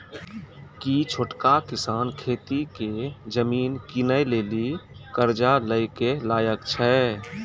कि छोटका किसान खेती के जमीन किनै लेली कर्जा लै के लायक छै?